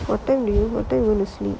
hotel room hotel room is free